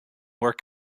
work